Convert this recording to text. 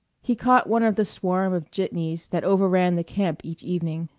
he caught one of the swarm of jitneys that overran the camp each evening,